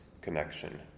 connection